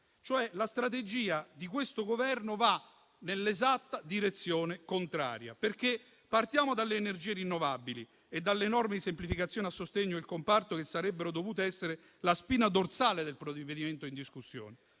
la strategia di questo Governo va nell'esatta direzione contraria. Partiamo dalle energie rinnovabili e dalle norme di semplificazione a sostegno del comparto, che avrebbero dovuto essere la spina dorsale del provvedimento in discussione.